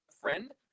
friend